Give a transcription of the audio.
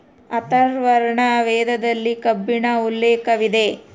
ಅಥರ್ವರ್ಣ ವೇದದಲ್ಲಿ ಕಬ್ಬಿಣ ಉಲ್ಲೇಖವಿದೆ